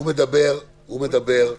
מדבר על